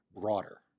broader